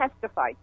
testified